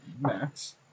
Max